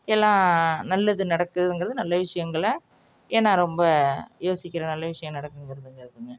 எல்லாம் நல்லது நடக்கிறதுங்கிறது நல்ல விஷயங்கள ஏன் நான் ரொம்ப யோசிக்கிற நல்ல விஷயம் நடக்குங்கிறதுங்கிறதுங்க